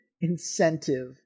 incentive